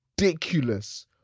ridiculous